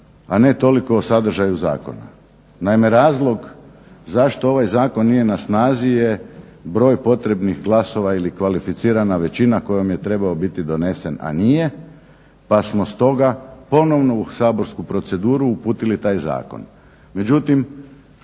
a ne toliko o sadržaju zakona. Naime, razlog zašto ovaj zakon nije na snazi je broj potrebnih glasova ili kvalificirana većina kojom je trebao biti donesen a nije. Pa smo stoga ponovno u saborsku proceduru uputili taj zakon,